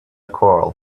corral